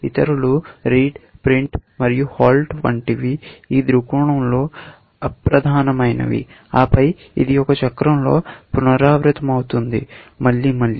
ఇతరులు read print మరియు halt వంటివి ఈ దృక్కోణంలో అప్రధానమైనవి ఆపై ఇది ఒక చక్రంలో పునరావృతమవుతుంది మళ్లీ మళ్లీ